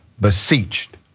beseeched